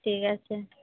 ঠিক আছে